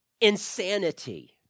insanity